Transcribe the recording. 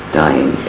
dying